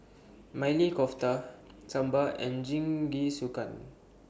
Maili Kofta Sambar and Jingisukan